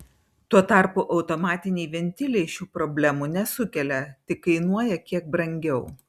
tuo tarpu automatiniai ventiliai šių problemų nesukelia tik kainuoja kiek brangiau